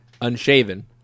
unshaven